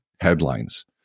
headlines